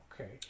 okay